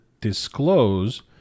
disclose